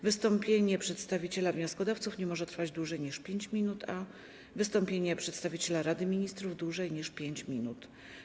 Wystąpienie przedstawiciela wnioskodawców nie może trwać dłużej niż 5 minut, a wystąpienie przedstawiciela Rady Ministrów - dłużej niż 5 minut.